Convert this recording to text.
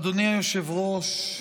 אדוני היושב-ראש,